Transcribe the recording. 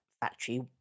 factory